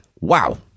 Wow